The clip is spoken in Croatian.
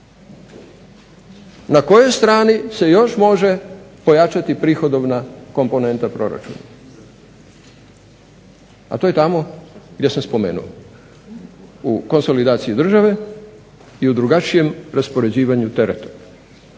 Na kojoj strani se još može pojačati prihodovna komponenta proračuna? A to je tamo gdje sam spomenuo. U konsolidaciji države i drugačijem raspoređivanju tereta.